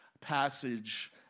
passage